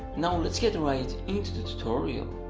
now, let's get right into the tutorial!